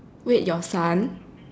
wait your son